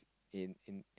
in in